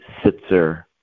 Sitzer